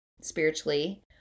spiritually